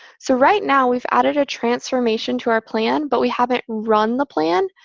so right now, we've added a transformation to our plan. but we haven't run the plan.